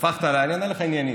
שפכת עליי פה, אענה לך עניינית.